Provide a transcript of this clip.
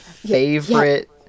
favorite